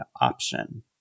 option